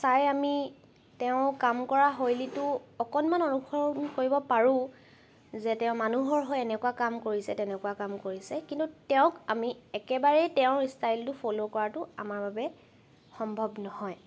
চাই আমি তেওঁৰ কাম কৰা শৈলীটো অকণমান অনুসৰণ কৰিব পাৰোঁ যে তেওঁ মানুহৰ হৈ এনেকুৱা কাম কৰিছে তেনেকুৱা কাম কৰিছে কিন্তু তেওঁক আমি একেবাৰেই তেওঁৰ ষ্টাইলটো ফল' কৰাটো আমাৰ বাবে সম্ভৱ নহয়